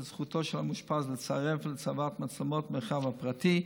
זכותו של מאושפז לסרב להצבת מצלמות במרחב הפרטי.